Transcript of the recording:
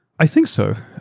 i think so.